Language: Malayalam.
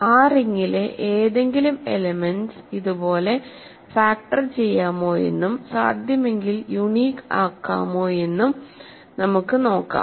ആ റിംഗിലെ ഏതെങ്കിലും എലെമെന്റ്സ് ഇതുപോലെ ഫാക്റ്റർ ചെയ്യാമോയെന്ന്നും സാധ്യമെങ്കിൽ യുണീക് ആക്കമോയെന്നും നമുക്ക് നോക്കാം